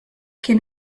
kien